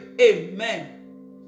Amen